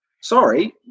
sorry